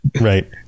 right